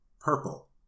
Purple